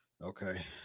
Okay